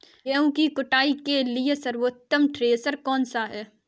गेहूँ की कुटाई के लिए सर्वोत्तम थ्रेसर कौनसा है?